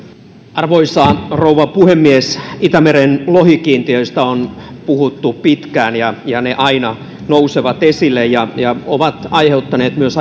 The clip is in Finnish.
arvoisa rouva puhemies itämeren lohikiintiöistä on puhuttu pitkään ja ja ne aina nousevat esille ja ja ovat aiheuttaneet myös